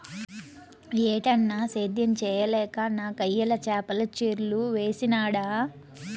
ఏటన్నా, సేద్యం చేయలేక నాకయ్యల చేపల చెర్లు వేసినాడ